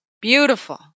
Beautiful